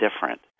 different